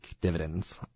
dividends